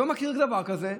לא מכיר דבר כזה.